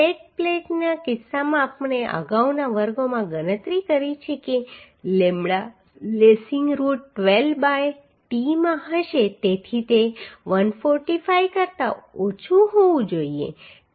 flat પ્લેટના કિસ્સામાં આપણે અગાઉના વર્ગોમાં ગણતરી કરી છે કે લેમ્બડા લેસિંગ રુટ 12 બાય tમાં હશે તેથી તે 145 કરતા ઓછું હોવું જોઈએ